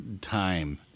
time